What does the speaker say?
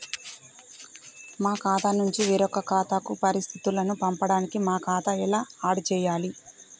మా ఖాతా నుంచి వేరొక ఖాతాకు పరిస్థితులను పంపడానికి మా ఖాతా ఎలా ఆడ్ చేయాలి?